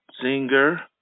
Singer